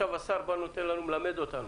השר בא ומלמד אותנו.